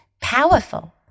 powerful